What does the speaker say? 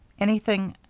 anything